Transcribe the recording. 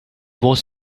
was